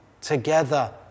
together